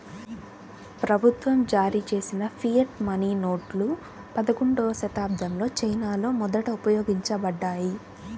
ప్రభుత్వం జారీచేసిన fiat money నోట్లు పదకొండవ శతాబ్దంలో చైనాలో మొదట ఉపయోగించబడ్డాయి